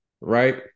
right